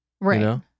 right